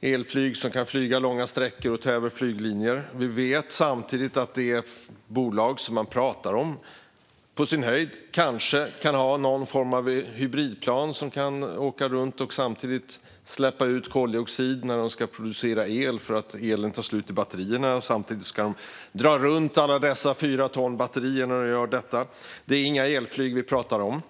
elflygplan som kan flyga långa sträckor och ta över flyglinjer. Vi vet samtidigt att det bolag som man pratar om på sin höjd kan ha någon form av hybridplan som kan åka runt och släppa ut koldioxid när planen ska producera el, eftersom elen i batterierna tar slut. Samtidigt ska planen dra runt fyra ton batterier. Det är inga elflygplan vi pratar om.